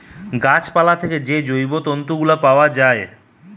গাছ পালা থেকে যে জৈব তন্তু গুলা পায়া যায়েটে